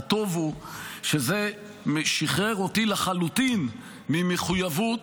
והטוב הוא שזה שחרר אותי לחלוטין ממחויבות